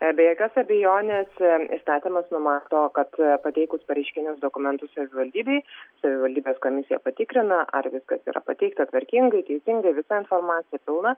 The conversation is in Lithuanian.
be jokios abejonės įstatymas numato kad pateikus pareiškinius dokumentus savivaldybei savivaldybės komisija patikrina ar viskas yra pateikta tvarkingai teisingai visa informacija pilna